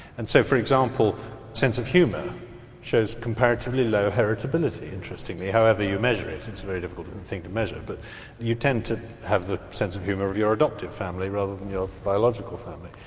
and so for example sense of humour shows comparatively low heritability, interestingly, however you measure it, it's a very difficult thing to measure, but you tend to have the sense of humour of your adoptive family rather than your biological family.